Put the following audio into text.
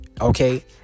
Okay